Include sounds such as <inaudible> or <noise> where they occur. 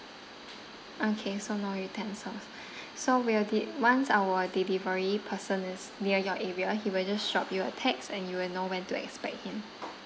okay so no utensils <breath> so we'll de~ once our delivery person is near your area he will just drop you a text and you will know when to expect him